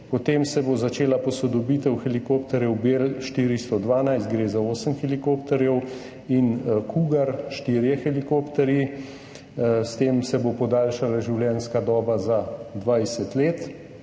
Potem se bo začela posodobitev helikopterjev Bell 412, gre za osem helikopterjev, in Cougar, 4 helikopterji; s tem se bo podaljšala življenjska doba za vsaj 20 let.